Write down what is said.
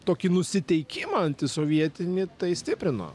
tokį nusiteikimą antisovietinį tai stiprino